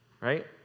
right